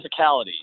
physicality